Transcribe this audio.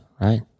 right